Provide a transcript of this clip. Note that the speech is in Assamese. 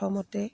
প্ৰথমতে